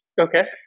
okay